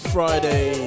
Friday